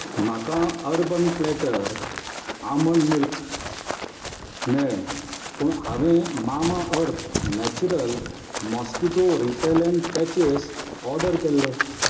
म्हाका Urban Platter almond milk मेळ्ळें पूण हांवें Mamaearth natural mosquito repellent patches order केल्ले